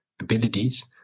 abilities